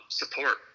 support